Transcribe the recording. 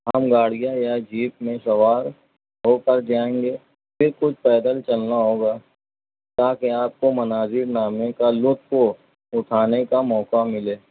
ہم گاڑیاں یا جیپ میں سوار ہو کر جائیں گے پھر کچھ پیدل چلنا ہوگا تاکہ آپ کو مناظر نامے کا لطف اٹھانے کا موقع ملے